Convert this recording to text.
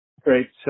Great